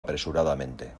apresuradamente